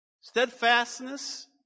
steadfastness